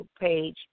page